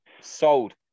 Sold